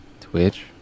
Twitch